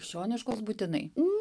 krikščioniškos būtinai